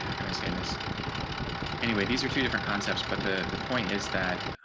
can i say this anyway these are two different concepts, but the, the point is that